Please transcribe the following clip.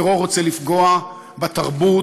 הטרור רוצה לפגוע בתרבות,